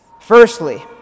Firstly